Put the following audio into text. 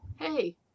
hey